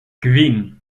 kvin